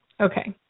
Okay